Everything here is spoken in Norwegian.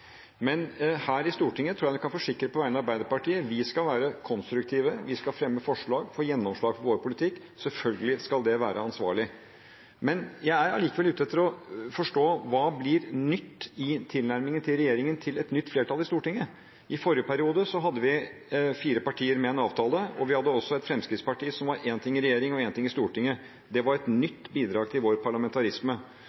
Men her i Stortinget tror jeg vi kan forsikre på vegne av Arbeiderpartiet: Vi skal være konstruktive, vi skal fremme forslag, få gjennomslag for vår politikk. Selvfølgelig skal det være ansvarlig. Jeg er allikevel ute etter å forstå: Hva blir nytt i tilnærmingen til regjeringen til et nytt flertall i Stortinget? I forrige periode hadde vi fire partier med en avtale, og vi hadde også et Fremskrittsparti som var én ting i regjering og én ting i Stortinget. Det var et